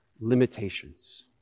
Limitations